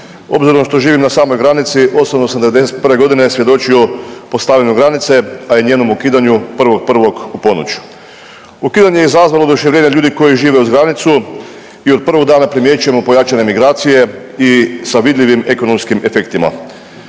Obzirom što živim na samoj granici osobno sam '91.g. svjedočio postavljanju granice, a i njenom ukidanju 1.1. u ponoć. Ukidanje je izazvalo oduševljenje ljudi koji žive uz granicu i od prvog dana primjećujemo pojačane migracije i sa vidljivim ekonomskih efektima.